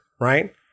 right